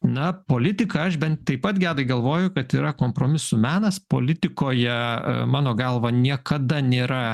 na politika aš bent taip pat gedai galvoju kad yra kompromisų menas politikoje mano galva niekada nėra